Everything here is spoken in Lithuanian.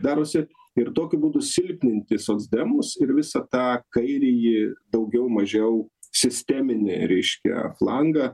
darosi ir tokiu būdu silpninti socdemus ir visą tą kairįjį daugiau mažiau sisteminį reiškia flangą